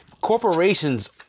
corporations